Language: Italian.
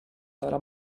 dalla